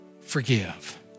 Forgive